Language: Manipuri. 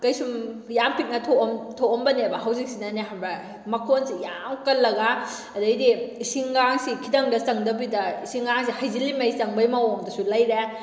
ꯀꯩꯁꯨꯝ ꯌꯥꯝ ꯄꯤꯛꯅ ꯊꯣꯛꯑꯝꯕꯅꯦꯕ ꯍꯧꯖꯤꯛꯁꯤꯅꯅꯦ ꯈꯪꯕ꯭ꯔꯥ ꯃꯈꯣꯟꯁꯤ ꯌꯥꯝ ꯀꯜꯂꯒ ꯑꯗꯩꯗꯤ ꯏꯁꯤꯡꯒꯥꯁꯤ ꯈꯤꯇꯪꯒ ꯆꯪꯗꯕꯤꯗ ꯏꯁꯤꯡꯒꯥꯁꯦ ꯍꯩꯖꯤꯜꯂꯤꯃꯈꯩ ꯆꯪꯕꯩ ꯃꯑꯣꯡꯗꯁꯨ ꯂꯩꯔꯦ